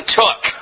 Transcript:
took